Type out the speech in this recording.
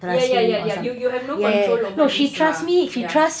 ya ya ya ya you you have no control over this lah ya